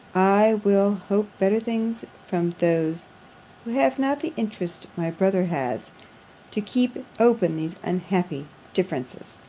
i will hope better things from those who have not the interest my brother has to keep open these unhappy differences.